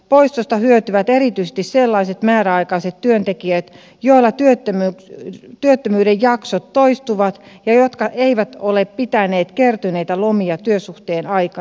poistosta hyötyvät erityisesti sellaiset määräaikaiset työntekijät joilla työttömyyden jaksot toistuvat ja jotka eivät ole pitäneet kertyneitä lomia työsuhteen aikana